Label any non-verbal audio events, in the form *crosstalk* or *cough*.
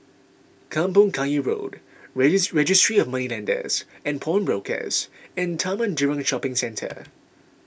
Kampong Kayu Road *unintelligible* Registry of Moneylenders and Pawnbrokers and Taman Jurong Shopping Centre *noise*